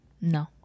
No